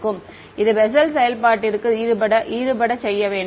மாணவர் இது பெசெல் செயல்பாட்டிற்குள் ஈடுசெய்யப்பட வேண்டும்